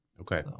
Okay